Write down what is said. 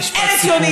אלה ציונים,